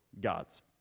gods